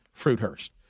Fruithurst